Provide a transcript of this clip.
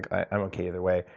i don't care either way.